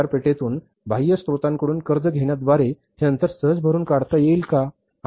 बाजारपेठेतून बाह्य स्रोतांकडून कर्ज घेण्याद्वारे हे अंतर सहज भरून काढता येईल